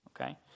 okay